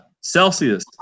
celsius